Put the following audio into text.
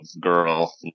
girl